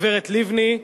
הגברת לבני.